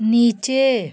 नीचे